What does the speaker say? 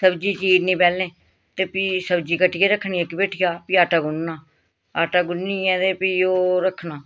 सब्ज़ी चीरनी पैह्ले ते फ्ही सब्ज़ी कट्टियै रक्खनी इक भेठिया फ्ही आटा गुन्नना आटा गुन्नियै ते फ्ही ओह् रक्खना